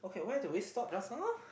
okay where do we stop just now